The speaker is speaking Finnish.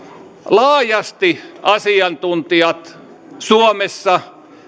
laajasti asiantuntijat suomessa